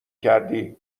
کردی